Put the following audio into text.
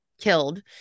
Killed